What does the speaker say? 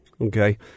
Okay